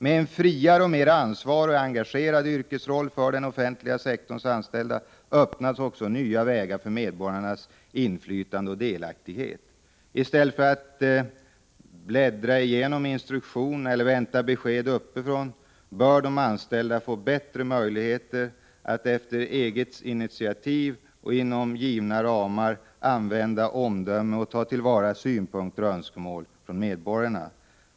Med en friare, mer ansvarig och engagerad yrkesroll för den offentliga sektorns anställda öppnas också nya vägar för medborgarnas inflytande och delaktighet. I stället för att bläddra i instruktionerna eller vänta besked uppifrån får de anställda bättre möjligheter att på eget initiativ och efter eget omdöme inom givna ramar ta till vara synpunkter och önskemål från medborgarna.